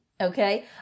Okay